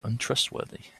untrustworthy